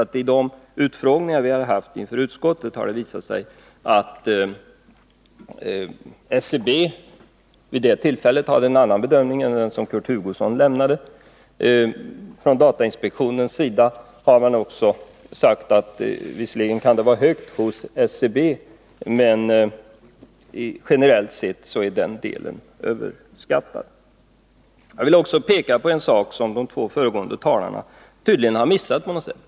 Vid de utfrågningar vi har haft inför utskottet har det nämligen visat sig att SCB gjorde en annan bedömning än Kurt Hugosson, och från datainspektionens sida har man sagt att antalet telefonförfrågningar hos SCB visserligen kan vara stort, men generellt sett är den delen överskattad. Jag vill också peka på en sak som de två föregående talarna tydligen har missat på något sätt.